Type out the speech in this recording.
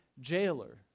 jailer